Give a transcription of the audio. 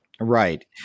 right